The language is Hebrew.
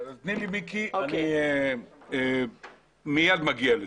תני לי ואני מיד מגיע לזה.